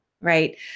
right